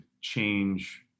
change